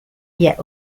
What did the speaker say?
yet